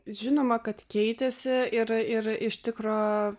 žinoma kad keitėsi ir ir iš tikro